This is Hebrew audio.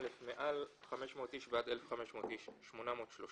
מעל 500 איש ועד 1,500 איש 830